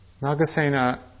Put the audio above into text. Nagasena